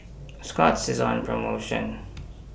Scott's IS on promotion